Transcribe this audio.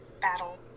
battle